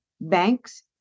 banks